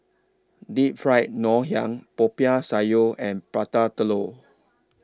Deep Fried Ngoh Hiang Popiah Sayur and Prata Telur